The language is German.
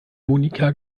monika